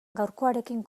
gaurkoarekin